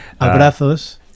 Abrazos